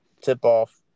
tip-off